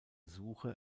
suche